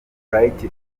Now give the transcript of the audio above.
recruitment